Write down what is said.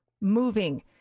moving